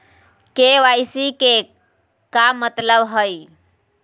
KYC के का मतलब हई?